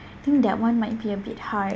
think that one might be a bit hard